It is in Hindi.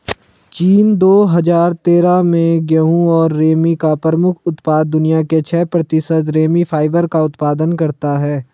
चीन, दो हजार तेरह में गेहूं और रेमी का प्रमुख उत्पादक, दुनिया के छह प्रतिशत रेमी फाइबर का उत्पादन करता है